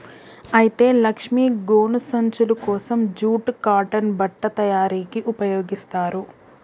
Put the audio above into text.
అయితే లక్ష్మీ గోను సంచులు కోసం జూట్ కాటన్ బట్ట తయారీకి ఉపయోగిస్తారు